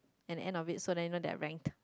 at the end of it so they know they're ranked